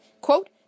Quote